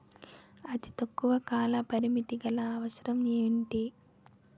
అతి తక్కువ కాల పరిమితి గల అవసరం ఏంటి